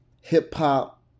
hip-hop